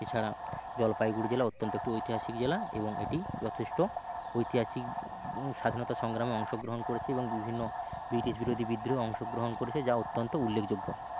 এছাড়া জলপাইগুড়ি জেলা অত্যন্ত ঐতিহাসিক জেলা এবং এটি যথেষ্ট ঐতিহাসিক স্বাধীনতা সংগ্রামে অংশগ্রহণ করেছে এবং বিভিন্ন ব্রিটিশ বিরোধী বিদ্রোহে অংশগ্রহণ করেছে যা অত্যন্ত উল্লেখযোগ্য